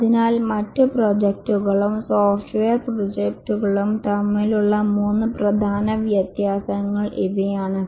അതിനാൽ മറ്റ് പ്രോജക്റ്റുകളും സോഫ്റ്റ്വെയർ പ്രോജക്റ്റുകളും തമ്മിലുള്ള മൂന്ന് പ്രധാന വ്യത്യാസങ്ങൾ ഇവയാണ്